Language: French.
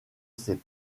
ses